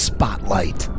Spotlight